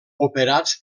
operats